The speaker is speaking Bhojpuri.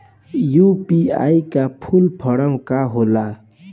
यू.पी.आई का फूल फारम का होला?